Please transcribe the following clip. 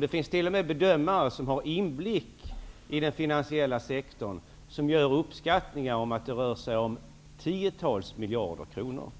Det finns bedömare med inblick i den finansiella sektorn som t.o.m. gör uppskattningen att det rör sig om tiotals miljarder kronor.